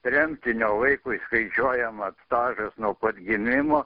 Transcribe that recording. tremtinio vaikui skaičiuojamas stažas nuo pat gimimo